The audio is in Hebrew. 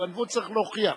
"גנבו" צריך להוכיח.